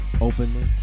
openly